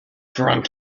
drunk